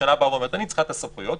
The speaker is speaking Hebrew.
הממשלה אומרת: אני צריכה את הסמכויות,